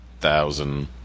thousand